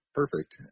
perfect